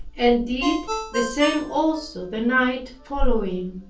and did the same also the night following.